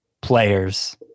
players